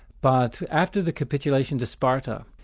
but after the capitulation to sparta,